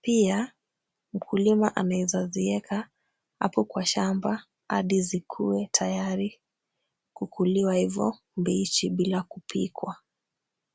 Pia mkulima anaezazieka hapo kwa shamba hadi zikue tayari kukuliwa hivo mbichi bila kupikwa.